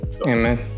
Amen